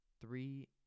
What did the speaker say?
three